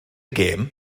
gêm